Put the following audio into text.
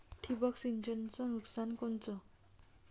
ठिबक सिंचनचं नुकसान कोनचं?